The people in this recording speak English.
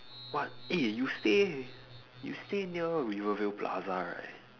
what eh you stay you stay near rivervale plaza right